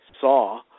saw